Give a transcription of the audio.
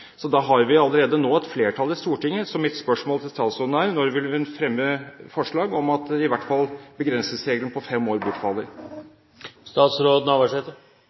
så da har vi allerede nå et flertall i Stortinget. Så mitt spørsmål til statsråden er: Når vil hun fremme forslag om at i hvert fall begrensningsregelen på fem år